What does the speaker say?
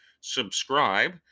subscribe